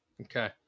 Okay